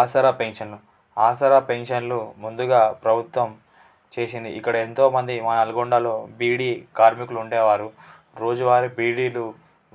ఆసరా pension Aasara పెన్షన్లు ముందుగా ప్రభుత్వం చేసింది ఇక్కడ ఎంతోమంది మా నల్గొండలో బీడీ కార్మికులు ఉండేవారు రోజువారి బీడీలు